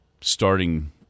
starting